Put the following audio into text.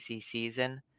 season